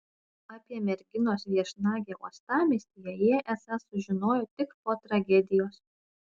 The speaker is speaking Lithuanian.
apie merginos viešnagę uostamiestyje jie esą sužinojo tik po tragedijos